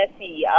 Messi